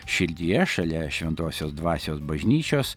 širdyje šalia šventosios dvasios bažnyčios